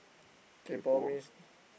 kaypoh means